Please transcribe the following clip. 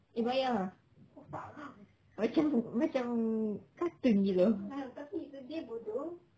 eh baik ah macam macam cartoon gitu